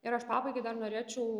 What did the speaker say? ir aš pabaigai dar norėčiau